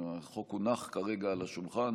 החוק הונח כרגע על השולחן,